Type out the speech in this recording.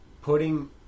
putting